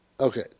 Okay